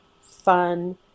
fun